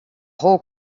whole